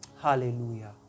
Hallelujah